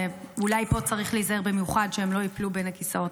ואולי פה צריך להיזהר במיוחד שהם לא ייפלו בין הכיסאות?